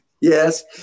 Yes